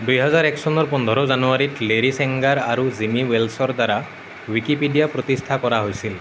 দুহেজাৰ এক চনৰ পোন্ধৰ জানুৱাৰীত লেৰী চেংগাৰ আৰু জিমি ৱেলছৰ দ্বাৰা ৱিকিপিডিয়া প্ৰতিষ্ঠা কৰা হৈছিল